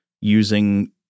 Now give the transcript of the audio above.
using –